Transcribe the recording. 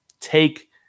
take